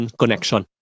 connection